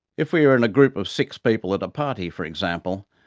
if we are in a group of six people at a party, for example,